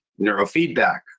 neurofeedback